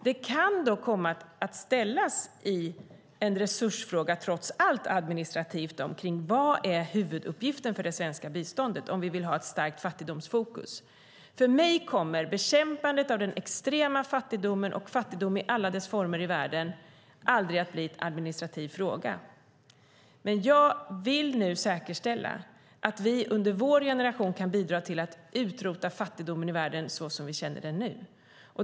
Det kan dock bli en resursfråga, trots allt det administrativa: Vad är huvuduppgiften för det svenska biståndet om vi vill ha ett starkt fattigdomsfokus? För mig kommer bekämpandet av den extrema fattigdomen och fattigdom i alla dess former i världen aldrig att bli en administrativ fråga. Men jag vill nu säkerställa att vi under vår generation kan bidra till att utrota fattigdomen i världen såsom vi känner den nu.